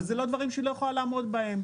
אבל זה לא דברים שהיא לא יכולה לעמוד בהם.